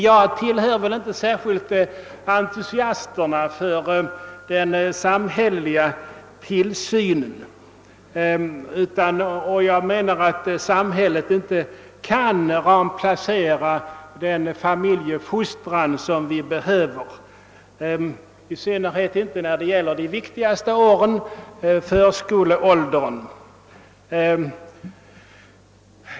Jag tilhör inte entusiasterna för den samhälleliga tillsynen, eftersom jag anser att samhället inte kan remplacera den familjefostran som vi behöver, i synnerhet när det gäller de viktigaste aren — förskoleåren.